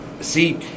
see